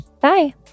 Bye